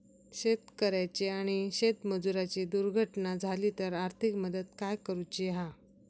शेतकऱ्याची आणि शेतमजुराची दुर्घटना झाली तर आर्थिक मदत काय करूची हा?